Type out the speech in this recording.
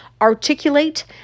articulate